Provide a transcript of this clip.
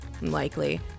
unlikely